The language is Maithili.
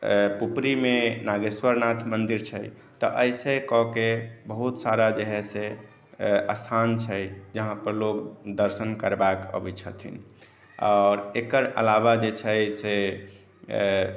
पुपरी मे नागेश्वर नाथ मन्दिर छै तऽ एहिसे कऽ के बहुत सारा जे हए से स्थान छै जहाँपर लोग दर्शन करबाक अबै छथिन आओर एकर अलावा जे छै से